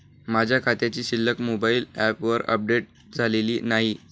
माझ्या खात्याची शिल्लक मोबाइल ॲपवर अपडेट झालेली नाही